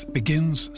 begins